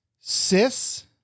Cis